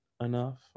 enough